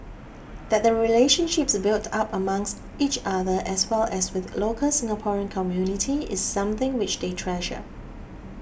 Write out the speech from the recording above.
that the relationships built up amongst each other as well as with local Singaporean community is something which they treasure